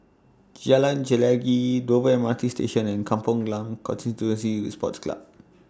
Jalan Chelagi Dover M R T Station and Kampong Glam Constituency Sports Club